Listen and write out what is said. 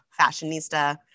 fashionista